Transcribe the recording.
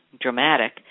dramatic